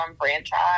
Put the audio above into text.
franchise